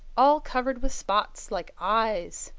all covered with spots like eyes.